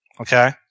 okay